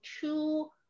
two